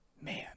Man